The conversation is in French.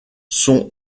sont